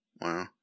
Wow